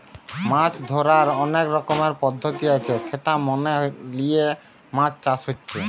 মাছ ধোরার অনেক রকমের পদ্ধতি আছে সেটা মেনে লিয়ে মাছ চাষ হচ্ছে